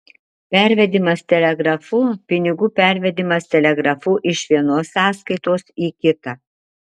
pervedimas telegrafu pinigų pervedimas telegrafu iš vienos sąskaitos į kitą